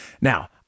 Now